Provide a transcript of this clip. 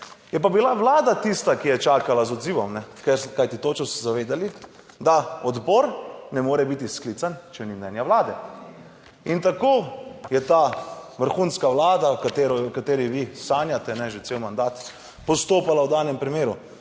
je pa bila Vlada tista, ki je čakala z odzivom, kajti točno so se zavedali, da odbor ne more biti sklican, če ni mnenja Vlade. In tako je ta vrhunska vlada, o kateri vi sanjate že cel mandat, postopala v danem primeru.